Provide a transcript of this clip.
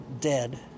dead